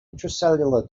intracellular